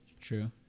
True